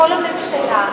כל הממשלה,